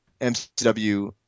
MCW